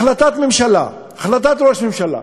החלטת ממשלה, החלטת ראש ממשלה,